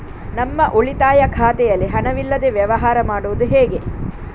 ನಮ್ಮ ಉಳಿತಾಯ ಖಾತೆಯಲ್ಲಿ ಹಣವಿಲ್ಲದೇ ವ್ಯವಹಾರ ಮಾಡುವುದು ಹೇಗೆ?